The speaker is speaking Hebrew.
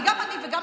כי גם אני וגם